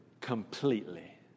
completely